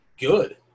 good